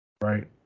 right